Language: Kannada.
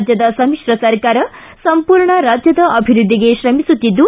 ರಾಜ್ಯದ ಸಮಿತ್ರ ಸರ್ಕಾರವು ಸಂಪೂರ್ಣ ರಾಜ್ಯದ ಅಭಿವೃದ್ದಿಗೆ ತ್ರಮಿಸುತ್ತಿದ್ದು